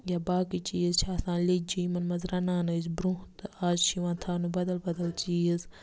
یا باقٕے چیز چھ آسان لیٚجہِ یِمَن منٛز رَنان ٲسۍ برۄنٛہہ تہٕ آز چھِ یِوان تھاونہٕ بَدَل بَدَل چیز